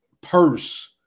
purse